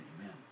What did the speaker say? amen